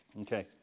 Okay